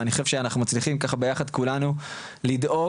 ואני חושב שאנחנו מצליחים כולנו לדאוג,